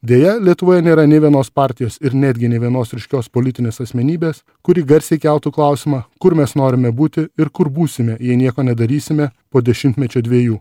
deja lietuvoje nėra nė vienos partijos ir netgi nė vienos ryškios politinės asmenybės kuri garsiai keltų klausimą kur mes norime būti ir kur būsime jei nieko nedarysime po dešimtmečio ar dviejų